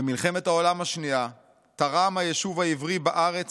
"במלחמת העולם השנייה תרם היישוב העברי בארץ